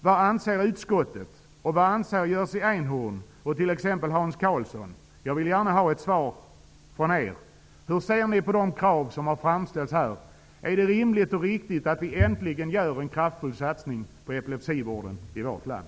Vad anser utskottet? Vad anser Jerzy Einhorn och t.ex. Hans Karlsson? Jag vill gärna ha ett svar från er. Hur ser ni på de krav som har framställts här? Är det rimligt och riktigt att vi äntligen gör en kraftfull satsning på epilepsivården i vårt land?